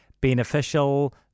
Beneficial